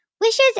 Wishes